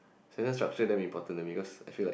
sentences structure then we bottom a bit because I feel like